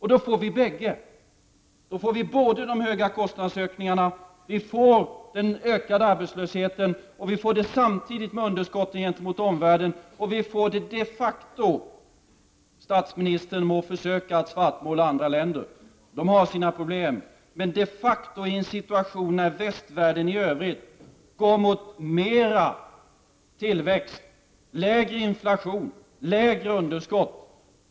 I denna situation får vi stora kostnadsökningar, ökad arbetslöshet och ökad inflation samtidigt med ett underskott gentemot omvärlden. Vi får det de facto i en situation när västvärlden i övrigt — statsministern må försöka att svartmåla andra länder, de har sina problem — går mot ökad tillväxt, lägre inflation och lägre underskott.